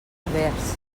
herbers